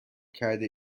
کرده